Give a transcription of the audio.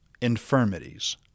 infirmities